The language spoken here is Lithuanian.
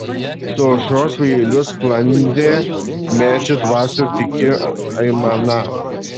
su aušros vėjeliu sklandė medžių dvasių tyki aimana